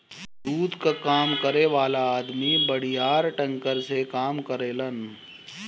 दूध कअ काम करे वाला अदमी बड़ियार टैंकर से काम करेलन